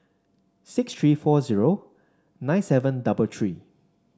six three four zero nine seven double three